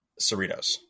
Cerritos